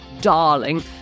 darling